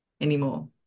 anymore